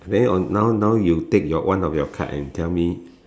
there on now now you take your one of your card and tell me